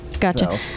Gotcha